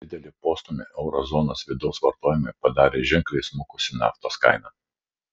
didelį postūmį euro zonos vidaus vartojimui padarė ženkliai smukusi naftos kaina